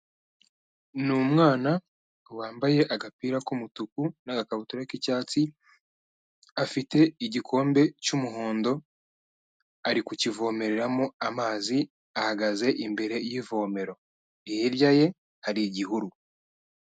Ni umwana wambaye agapira k'umutuku n'agakabutura k'icyatsi, afite igikombe cy'umuhondo ari kukivomeramo amazi ahagaze imbere y'ivomero. Hirya ye hari igihuru.